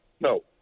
No